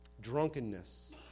Drunkenness